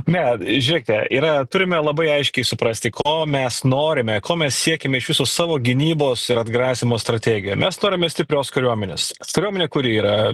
ne žiūrėkite yra turime labai aiškiai suprasti ko mes norime ko mes siekiame iš viso savo gynybos ir atgrasymo strategija mes norime stiprios kariuomenės kariuomenė kuri yra